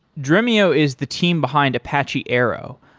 dremio is the team behind apache arrow,